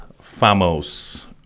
famous